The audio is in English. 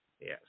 yes